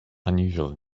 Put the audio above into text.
unusual